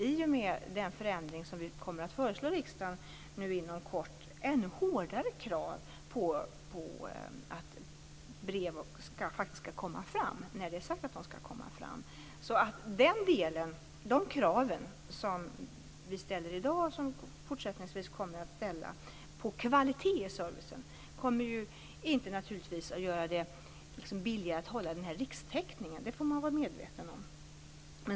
I och med den förändring som vi kommer att föreslå riksdagen inom kort kommer vi dessutom att ställa ännu hårdare krav på att brev faktiskt skall komma fram när det är sagt att de skall komma fram. De krav som vi ställer i dag och som vi fortsättningsvis kommer att ställa på kvalitet i servicen kommer naturligtvis inte att göra det billigare att hålla denna rikstäckning. Det får man vara medveten om.